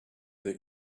that